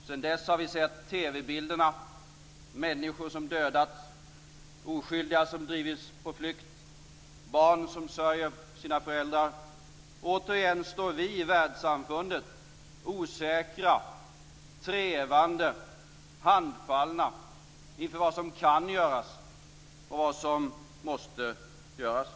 Sedan dess har vi sett TV bilderna på människor som dödats, oskyldiga som drivits på flykt och barn som sörjer sina föräldrar. Återigen står vi i världssamfundet osäkra, trevande och handfallna inför vad som kan göras och vad som måste göras.